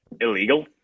illegal